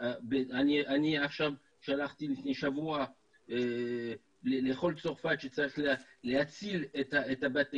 אני שלחתי לפני שבוע לכל צרפת שצריך להציל את בתי